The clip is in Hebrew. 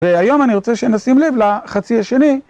והיום אני רוצה שנשים לב לחצי השני...